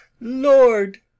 Lord